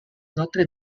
notre